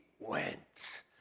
Went